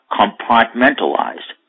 compartmentalized